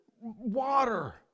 water